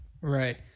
Right